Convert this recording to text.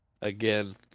again